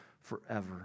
forever